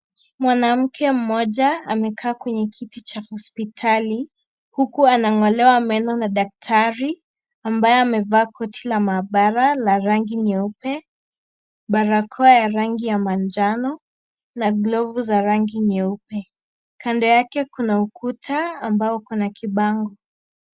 Mwanamke mmoja amekaa kwenye kiti cha hospitali huku anang'olewa meno na daktari ambaye amevaa koti la maabara la rangi nyeupe, barakoa ya rangi ya manjano na glovu za rangi nyeupe, kando yake kuna ukuta ambao uko na kibango.